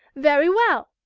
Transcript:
very well,